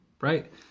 right